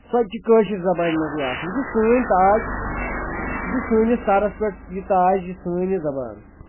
سۄ تہِ چھِ کٲشِر زبانہِ منٛزٕے آسان یہِ چھِ سٲنۍ تاج یہِ چھِ سٲنِس سرس پٮ۪ٹھ یہِ تاج یہِ سٲنۍ یہِ زبان